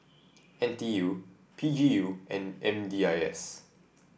N T U P G U and M D I S